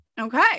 Okay